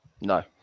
No